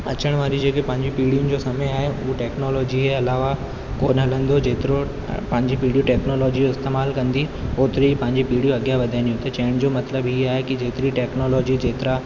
अचणु वारियूं पंहिंजे पीढ़ियूं जो समय आहे उहो टेक्नोलॉजी जे अलावा कोन हलंदो जेतिरो पंहिंजी पीढ़ीयूं टेक्नोलॉजी जो इस्तेमालु कंदी ओतिरियूंं पंहिंजियूं पीढ़ियूं अॻियां वधंदियू त चइण जो मतिलबु ई आहे की जेतिरी टेक्नोलॉजी जेतिरा